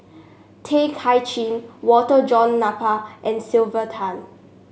Tay Kay Chin Walter John Napier and Sylvia Tan